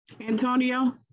Antonio